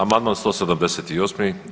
Amandman 178.